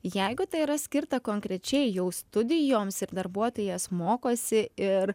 jeigu tai yra skirta konkrečiai jau studijoms ir darbuotojas mokosi ir